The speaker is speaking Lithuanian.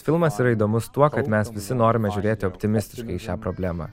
filmas yra įdomus tuo kad mes visi norime žiūrėti optimistiškai į šią problemą